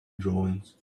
drawings